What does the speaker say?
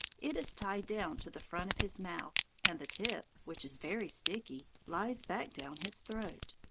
it is tied down to the front of his mouth, and the tip, which is very sticky, lies back down his throat.